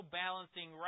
balancing